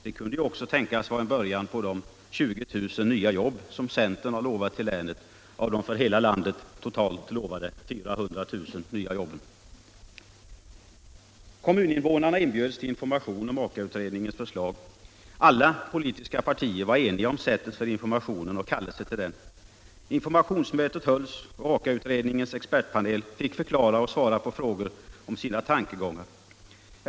Det kunde ju också tänkas vara en början på de 20 000 nya jobb som centern har lovat till länet av de för hela landet totalt utlovade 400 000 nya jobben. Kommuninvånarna inbjöds till information om Aka-utredningens förslag. Alla politiska partier var eniga om sättet för informationen och kallelser till den. Informationsmötet hölls och Aka-utredningens expertpanel fick förklara och svara på frågor om sina tankegångar.